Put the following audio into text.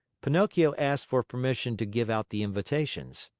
pinocchio asked for permission to give out the invitations.